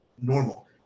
normal